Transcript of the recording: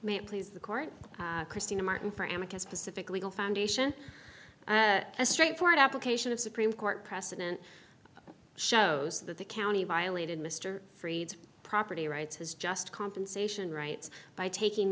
it please the court christina martin for amoco specific legal foundation a straightforward application of supreme court precedent shows that the county violated mr freed's property rights has just compensation rights by taking